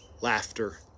laughter